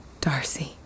Darcy